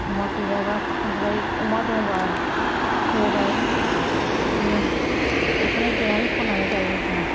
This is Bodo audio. अमा गैयाब्ला फानहरबाय अमा दङब्ला होबाय बिदिनो बेखौनो देनानै फाननानै जायो जों